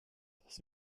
das